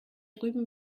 drüben